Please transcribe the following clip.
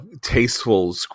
tasteful